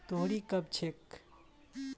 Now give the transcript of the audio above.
लोहड़ी कब छेक